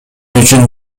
үчүн